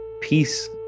peace